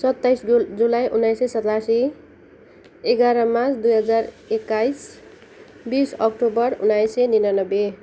सत्ताइस जुलाई उन्नाइस सय सतासी एघार मार्च दुई हजार एक्काइस बिस अक्टोबर उन्नाइस सय निनानब्बे